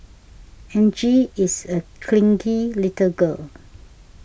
Angie is a clingy little girl